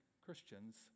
Christians